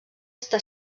està